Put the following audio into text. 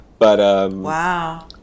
Wow